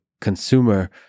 consumer